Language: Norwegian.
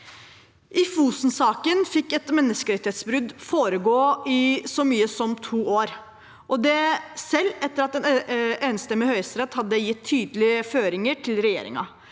I Fosen-saken fikk et menneskerettighetsbrudd foregå i så mye som to år, selv etter at en enstemmig Høyesterett hadde gitt tydelige føringer til regjeringen.